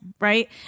Right